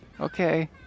Okay